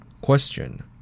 Question